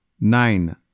Nine